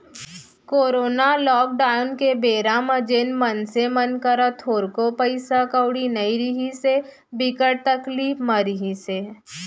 corona lockdown के बेरा म जेन मनसे मन करा थोरको पइसा कउड़ी नइ रिहिस हे, बिकट तकलीफ म रिहिस हे